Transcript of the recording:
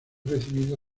recibido